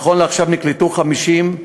נכון לעכשיו נקלטו 50,